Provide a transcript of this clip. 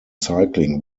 cycling